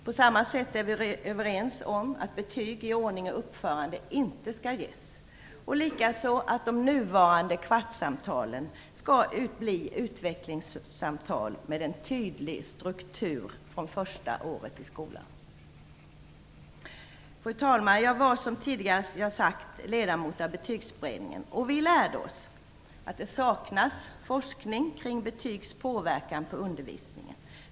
På samma sätt är vi överens om att betyg i ordning och uppförande inte skall ges liksom vi också är överens om att de nuvarande kvartssamtalen skall bli utvecklingssamtal med en tydlig struktur från första året i skolan. Fru talman! Jag var, som jag tidigare sagt, ledamot av Betygsberedningen, och vi lärde oss där att det saknas forskning kring betygs påverkan på undervisningen.